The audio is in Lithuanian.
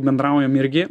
bendraujam irgi